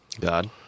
God